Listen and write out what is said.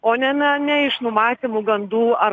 o ne na ne iš numatymų gandų ar